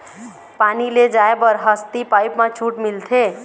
पानी ले जाय बर हसती पाइप मा छूट मिलथे?